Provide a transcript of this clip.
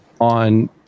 on